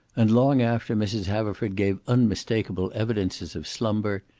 and long, after mrs. haverford gave unmistakable evidences of slumber,